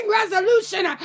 resolution